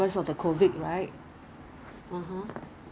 it's no choice lah it's because of the flood issue lah 没有飞机